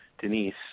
Denise